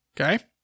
Okay